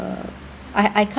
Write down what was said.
I I can't